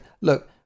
Look